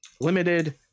limited